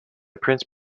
prince